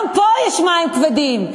גם פה יש מים כבדים.